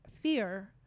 fear